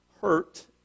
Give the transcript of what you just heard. hurt